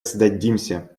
сдадимся